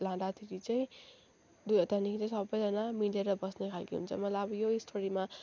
लाँदाखेरि चाहिँ त्यहाँदेखिको सबैजना मिलेर बस्ने खालको हुन्छ मतलब अब यो स्टोरीमा